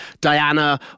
Diana